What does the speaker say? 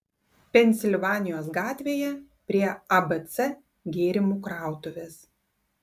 pensilvanijos gatvėje prie abc gėrimų krautuvės